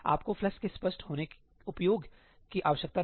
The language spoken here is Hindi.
आपको फ्लश के स्पष्ट उपयोग की आवश्यकता नहीं होगी